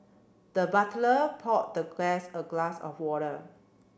the butler poured the guest a glass of water